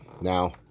Now